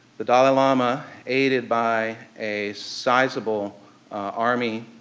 the dalai lama, aided by a sizeable army